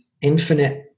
infinite